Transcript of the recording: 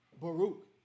Baruch